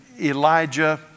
Elijah